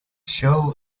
show